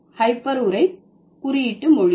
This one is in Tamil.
ஹைப்பர் உரை குறியீட்டு மொழி